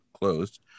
closed